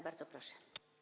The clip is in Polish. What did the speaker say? Bardzo proszę.